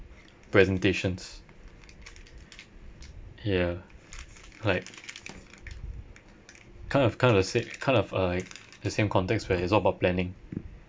presentations ya like kind of kind of the same kind of uh the same context where it's all about planning